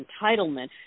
entitlement